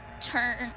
turn